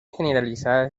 generalizadas